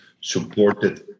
supported